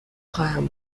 خواهم